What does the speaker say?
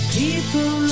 people